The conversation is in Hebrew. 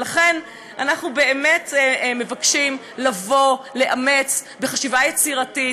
ולכן, אנחנו באמת מבקשים לאמץ חשיבה יצירתית.